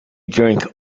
drink